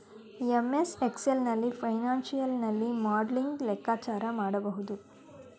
MS Excel ನಲ್ಲಿ financial ನಲ್ಲಿ modelling ಲೆಕ್ಕಾಚಾರ ಮಾಡಬಹುದು